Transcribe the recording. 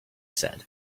said